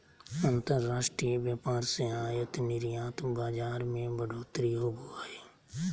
अंतर्राष्ट्रीय व्यापार से आयात निर्यात बाजार मे बढ़ोतरी होवो हय